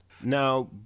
Now